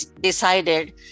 decided